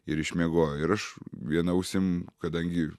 ir išmiegojo ir aš viena ausim kadangi